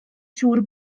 siŵr